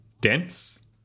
dense